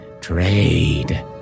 trade